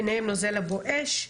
ביניהם נוזל ה"בואש".